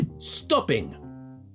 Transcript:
Stopping